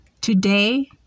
Today